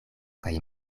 kaj